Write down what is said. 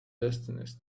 destinies